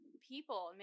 People